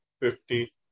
fifty